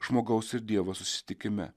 žmogaus ir dievo susitikime